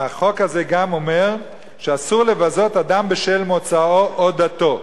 החוק הזה גם אומר שאסור לבזות אדם בשל מוצאו או דתו.